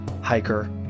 hiker